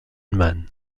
man